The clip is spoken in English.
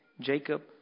Jacob